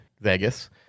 Vegas